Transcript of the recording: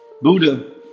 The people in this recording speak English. Buddha